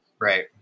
Right